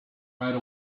right